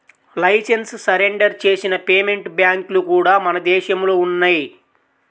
licence surrender చేసిన payment బ్యాంక్లు కూడా మన దేశంలో ఉన్నయ్యి